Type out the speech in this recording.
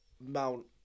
Mount